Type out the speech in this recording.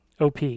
OP